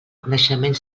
coneixement